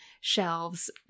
shelves